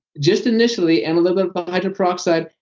just initially, and a little bit of hydrogen peroxide,